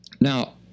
Now